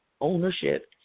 ownership